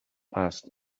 asked